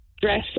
dress